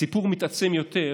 הסיפור מתעצם יותר